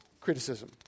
criticism